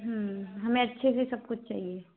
हमें अच्छे से सब कुछ चाहिए